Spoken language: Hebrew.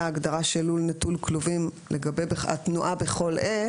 הגדרה לול נטול כלובים לגבי התנועה בכל עת.